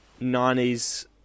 90s